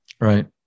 Right